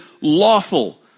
lawful